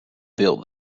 build